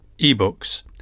ebooks